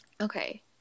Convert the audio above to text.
Okay